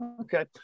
Okay